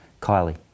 Kylie